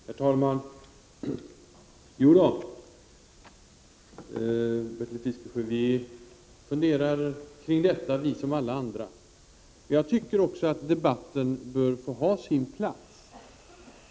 Herr talman! Jo, Bertil Fiskesjö, vi funderar kring detta liksom alla andra. Jag tycker också att debatten bör få ha sin plats.